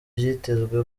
vyitezwe